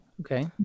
okay